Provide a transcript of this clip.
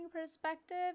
perspective